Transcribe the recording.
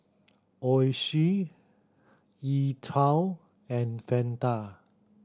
Oishi E Twow and Fanta